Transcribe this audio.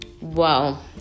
Wow